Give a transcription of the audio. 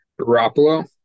Garoppolo